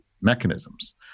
mechanisms